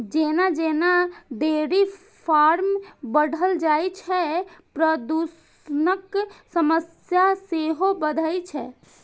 जेना जेना dairy farm बढ़ल जाइ छै, प्रदूषणक समस्या सेहो बढ़ै छै